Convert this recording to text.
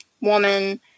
woman